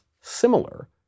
similar